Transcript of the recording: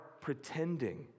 pretending